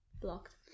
blocked